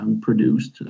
produced